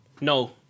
No